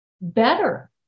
better